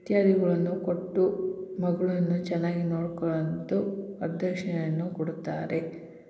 ಇತ್ಯಾದಿಗಳನ್ನು ಕೊಟ್ಟು ಮಗ್ಳನ್ನು ಚೆನ್ನಾಗಿ ನೋಡ್ಕೊಂಳಂದು ವರ್ದಕ್ಷ್ಣೆಯನ್ನು ಕೊಡುತ್ತಾರೆ